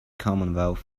commonwealth